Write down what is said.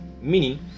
meaning